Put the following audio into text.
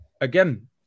again